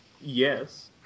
Yes